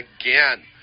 again